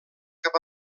cap